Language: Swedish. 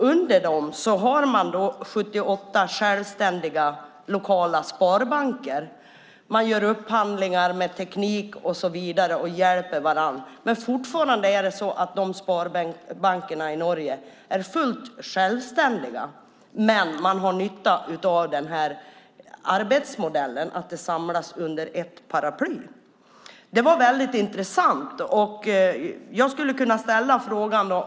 Under dem finns 78 självständiga, lokala sparbanker. Man gör upphandlingar av teknik och så vidare och hjälper varandra, men dessa sparbanker i Norge är fortfarande fullt självständiga. Man har nytta av den här arbetsmodellen där de samlas under ett paraply. Det var väldigt intressant. Jag vill ställa en fråga.